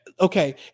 okay